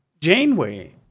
Janeway